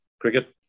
cricket